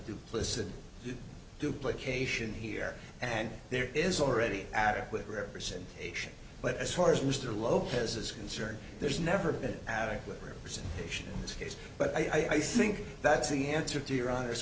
duplicity duplications here and there is already adequate representation but as far as mr lopez is concerned there's never been adequate representation this case but i think that's the answer to your honor